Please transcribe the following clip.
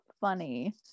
funny